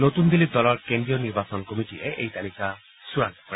নতুন দিল্লীত দলৰ কেন্দ্ৰীয় নিৰ্বাচনৰ কমিটীয়ে এই তালিকা চূড়ান্ত কৰে